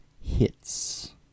hits